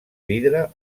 vidre